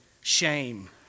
shame